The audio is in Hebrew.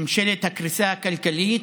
ממשלת הקריסה הכלכלית,